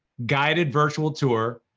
guided virtual tour,